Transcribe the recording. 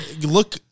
look